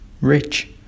rich